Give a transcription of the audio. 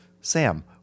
Sam